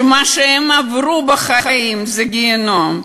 שמה שהם עברו בחיים זה גיהינום.